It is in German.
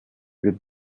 wir